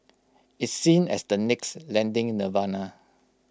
it's seen as the next lending nirvana